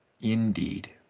Indeed